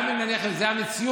גם אם נניח שזו המציאות,